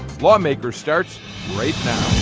lawmakers starts right now.